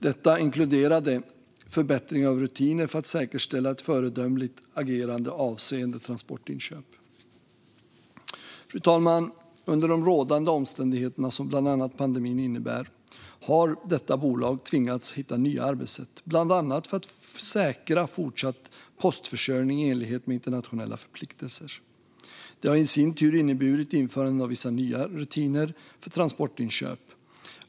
Detta inkluderade förbättringar av rutiner för att säkerställa ett föredömligt agerande avseende transportinköp. Fru talman! Under de rådande omständigheterna som bland annat pandemin innebär har detta bolag tvingats hitta nya arbetssätt, bland annat för att säkra fortsatt postförsörjning i enlighet med internationella förpliktelser. Det har i sin tur inneburit införande av vissa nya rutiner för transportinköp.